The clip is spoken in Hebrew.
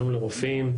שלום לרופאים,